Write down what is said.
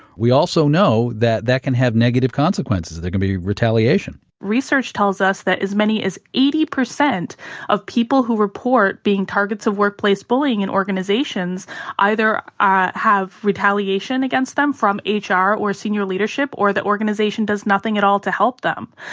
we also know that that can have negative consequences, there can be retaliation research tells us that as many as eighty percent of people who report being targets of workplace bullying in and organizations either ah have retaliation against them from ah hr or senior leadership, or that organization does nothing at all to help them.